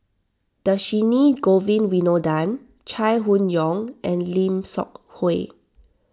Dhershini Govin Winodan Chai Hon Yoong and Lim Seok Hui